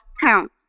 count